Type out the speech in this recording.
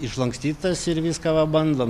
išlankstytas ir viską va bandom